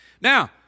Now